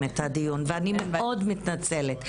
ואני מאוד מתנצלת.